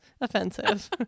Offensive